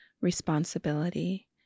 responsibility